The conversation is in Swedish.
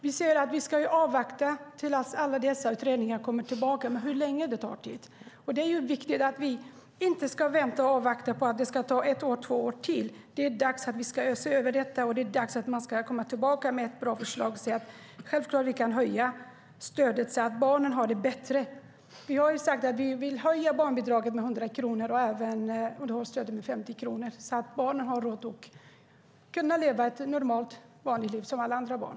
Vi ska avvakta tills alla dessa utredningar är klara, men hur lång tid tar det? Vi ska inte behöva vänta i ett eller två år till. Det är dags att vi ser över detta, och det är dags att man kommer tillbaka med ett bra förslag och säger: Självklart kan vi höja stödet så att barnen får det bättre. Vi har sagt att vi vill höja barnbidraget med 100 kronor och underhållsstödet med 50 kronor så att de här barnen kan leva ett vanligt liv som alla andra barn.